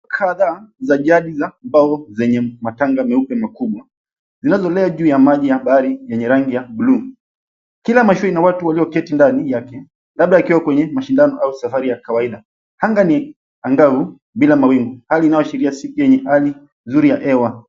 Mashua kadhaa za jadi za mbao zenye matanga meupe makubwa zinayoelea juu ya maji ya bahari yenye rangi ya buluu. Kila mashua ina watu waliyoketi ndani yake labda wakiwa kwenye mashindano au safari ya kawaida. Anga ni angavu bila mawingu hali inayoashiria siku yenye hali nzuri ya hewa.